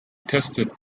tested